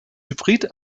hybrid